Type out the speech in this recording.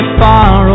far